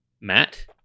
Matt